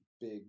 big